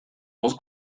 was